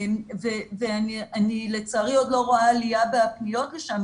אני לצערי עוד לא רואה עלייה בפניות שם,